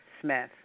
Smith